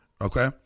okay